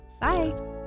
Bye